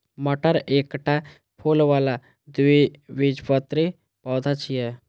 मटर एकटा फूल बला द्विबीजपत्री पौधा छियै